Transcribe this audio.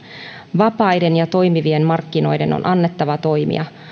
vapaiden ja toimivien markkinoiden on annettava toimia